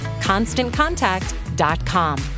ConstantContact.com